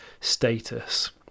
status